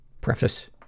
preface